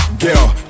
girl